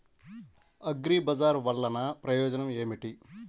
అగ్రిబజార్ వల్లన ప్రయోజనం ఏమిటీ?